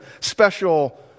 special